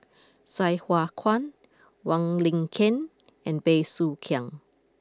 Sai Hua Kuan Wong Lin Ken and Bey Soo Khiang